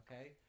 okay